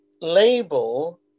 label